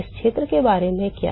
इस क्षेत्र के बारे में क्या